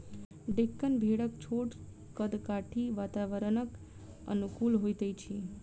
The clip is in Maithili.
डेक्कन भेड़क छोट कद काठी वातावरणक अनुकूल होइत अछि